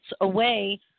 away